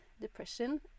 depression